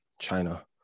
China